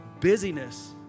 busyness